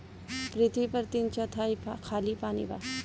पृथ्वी पर तीन चौथाई खाली पानी बा